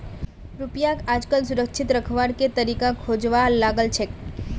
रुपयाक आजकल सुरक्षित रखवार के तरीका खोजवा लागल छेक